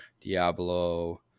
Diablo